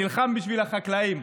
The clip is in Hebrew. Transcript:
נלחם בשביל החקלאים,